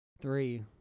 Three